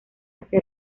hacer